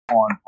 on